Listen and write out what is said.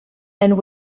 and